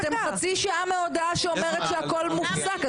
אתם חצי שעה מהודעה שאומרת שהכול מופסק,